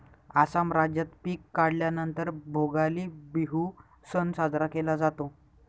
आसाम राज्यात पिक काढल्या नंतर भोगाली बिहू सण साजरा केला जातो